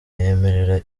yemerera